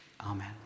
Amen